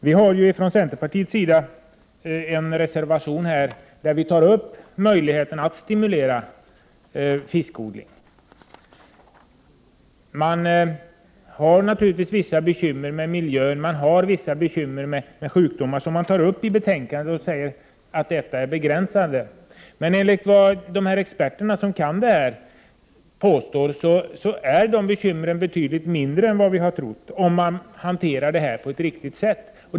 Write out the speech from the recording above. Vi har från centerpartiets sida en reservation där vi tar upp möjligheten att stimulera fiskodlingen. Det finns svårigheter med miljön och med sjukdomar som tas upp i betänkandet. Dessa svårigheter begränsar möjligheterna. Men enligt vad de experter som kan detta påstår är de bekymren betydligt mindre än vi trott, om detta hanteras på ett riktigt sätt.